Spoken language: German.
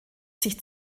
sich